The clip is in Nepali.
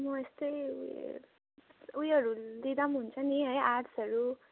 म यस्तै उयोहरू उयोहरू लिँदा पनि हुन्छ नि है आर्ट्सहरू